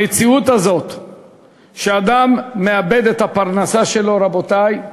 המציאות הזאת שאדם מאבד את הפרנסה שלו, רבותי,